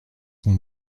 qu’on